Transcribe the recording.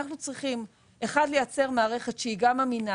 אנחנו צריכים לייצר מערכת שהיא גם אמינה,